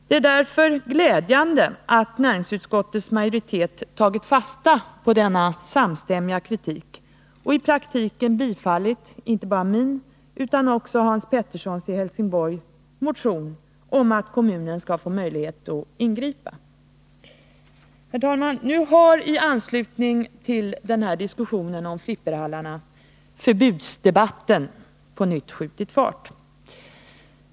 Det är därför glädjande att näringsutskottets majoritet tagit fasta på denna samstämmiga kritik och i praktiken tillstyrkt inte bara min utan också Hans Petterssons i Helsingborg motion om att kommunen skall få möjlighet att ingripa. Herr talman! Nu har i anslutning till diskussionen om flipperhallarna förbudsdebatten på nytt skjutit fart.